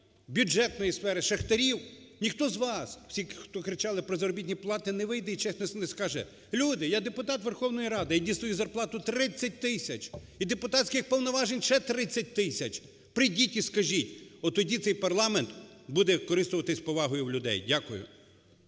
бюджетної сфери шахтарів, ніхто з вас, всі, хто кричали про заробітні плати, не вийде і чесно не скаже, люди, я депутат Верховної Ради, я дістаю зарплату 30 тисяч і депутатських повноважень ще 30 тисяч, прийдіть і скажіть, тоді цей парламент буде користуватися повагою в людей. Дякую.